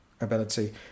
ability